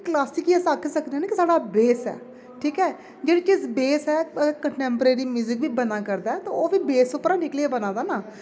classic गी अस आक्खी सकने के कि साढ़ा बेस ऐ ठीक ऐ बेस ऐ पर कंटैप्रेरी म्यूजिक बी बना करदा ऐ ओह् बी बेस उप्परा निकलियै बना दा ना